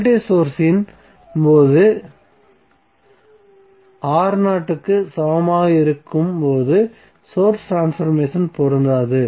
voltage source இன் போது R 0 க்கு சமமாக இருக்கும்போது சோர்ஸ் ட்ரான்ஸ்பர்மேசன் பொருந்தாது